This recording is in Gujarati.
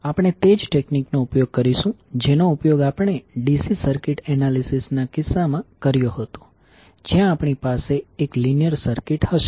આપણે તે જ ટેકનીકનો ઉપયોગ કરીશું જેનો ઉપયોગ આપણે DC સર્કિટ એનાલિસિસ ના કિસ્સામાં કર્યો હતો જ્યાં આપણી પાસે એક લીનીયર સર્કિટ હશે